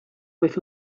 with